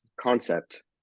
concept